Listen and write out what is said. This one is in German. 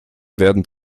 werden